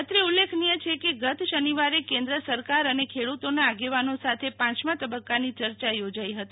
અત્રે ઉલ્લેખનીય છે કે ગત શનિવારે કેન્દ્ર સરકાર અને ખેડૂતોના આગેવાનો સાથે પાંચમા તબક્કાની ચર્ચા યોજાઈ હતી